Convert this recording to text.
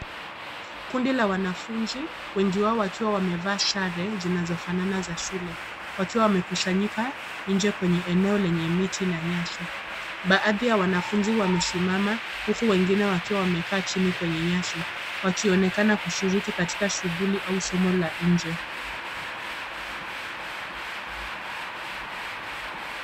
Kundi la wanafunzi wengi wao wakiwa wamevaa sare zinazofanana za shule wakiwa wamekusanyika nje kwenye eneo lenye miti na nyasi baadhi ya wanafunzi wamesimama huku wengine wakiwa wamekaa chini kwenye nyasi wakionekana kushiriki katika shughuli au somo la nje.